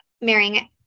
marrying